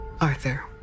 Arthur